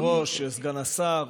אדוני היושב-ראש, סגן השר,